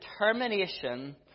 determination